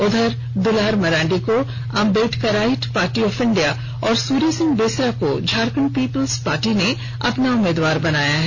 उधर द्वलार मरांडी को अम्बेडकराईट पार्टी ऑफ इंडिया और सूर्य सिंह बेसरा को झारखंड पीपुल्स पार्टी ने अपना उम्मीदवार बनाया है